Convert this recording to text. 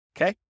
Okay